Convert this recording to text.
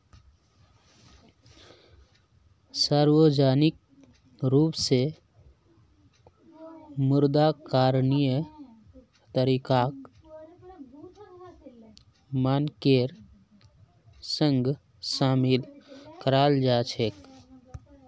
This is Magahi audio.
सार्वजनिक रूप स मुद्रा करणीय तरीकाक मानकेर संग शामिल कराल जा छेक